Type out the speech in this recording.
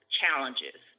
challenges